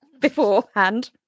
beforehand